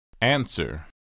Answer